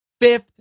fifth